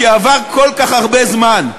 כי עבר כל כך הרבה זמן.